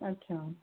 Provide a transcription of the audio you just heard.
अच्छा